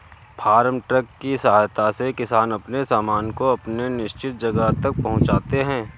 farm truck की सहायता से किसान अपने सामान को अपने निश्चित जगह तक पहुंचाते हैं